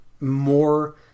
more